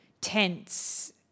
tense